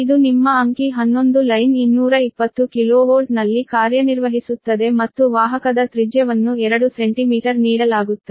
ಇದು ನಿಮ್ಮ ಅಂಕಿ 11 ಲೈನ್ 220 KV ನಲ್ಲಿ ಕಾರ್ಯನಿರ್ವಹಿಸುತ್ತದೆ ಮತ್ತು ವಾಹಕದ ತ್ರಿಜ್ಯವನ್ನು 2 ಸೆಂಟಿಮೀಟರ್ ನೀಡಲಾಗುತ್ತದೆ